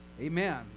Amen